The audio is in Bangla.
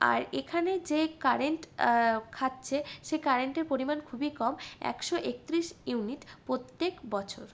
আর এখানে যে কারেন্ট খাচ্ছে সেই কারেন্টের পরিমাণ খুবই কম একশো একত্রিশ ইউনিট প্রত্যেক বছর